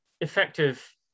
effective